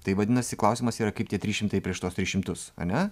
tai vadinasi klausimas yra kaip tie trys šimtai prieš tuos tris šimtus ane